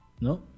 No